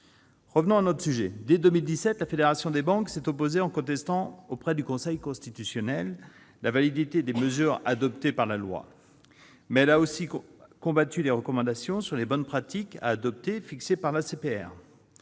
emprunteurs. Dès 2017, la fédération des banques s'est opposée en contestant, auprès du Conseil constitutionnel, la validité des mesures adoptées par la loi. Elle a aussi combattu les recommandations sur les bonnes pratiques à adopter fixées par l'ACPR.